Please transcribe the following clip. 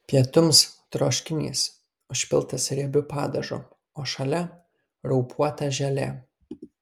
pietums troškinys užpiltas riebiu padažu o šalia raupuota želė